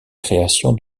création